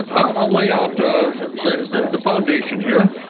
and i'll lay out ah the the foundation here.